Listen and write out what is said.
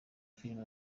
filime